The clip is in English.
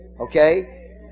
Okay